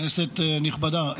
כנסת נכבדה,